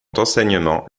d’enseignement